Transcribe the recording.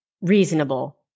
reasonable